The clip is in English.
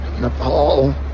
Nepal